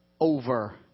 over